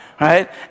Right